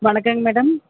வணங்கங்க madam